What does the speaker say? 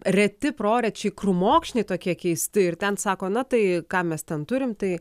reti prorečiai krūmokšniai tokie keisti ir ten sako na tai ką mes ten turim tai